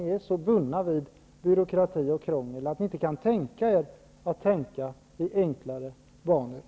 Är ni så bundna vid byråkrati och krångel att det är omöjligt för er att tänka i enklare banor?